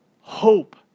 hope